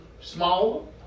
small